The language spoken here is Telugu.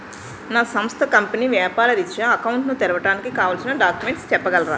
నా సంస్థ కంపెనీ వ్యాపార రిత్య అకౌంట్ ను తెరవడానికి కావాల్సిన డాక్యుమెంట్స్ చెప్పగలరా?